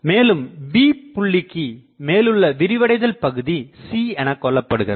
மேலும் B புள்ளிக்கு மேலுள்ள விரிவடைதல் பகுதி C எனக்கொள்ளப்படுகிறது